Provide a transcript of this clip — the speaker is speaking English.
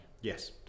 Yes